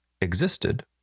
existed